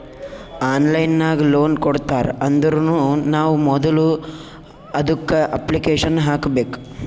online ನಾಗ್ loan ಕೊಡ್ತಾರ್ ಅಂದುರ್ನು ನಾವ್ ಮೊದುಲ ಅದುಕ್ಕ ಅಪ್ಲಿಕೇಶನ್ ಹಾಕಬೇಕ್